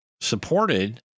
supported